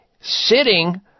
Sitting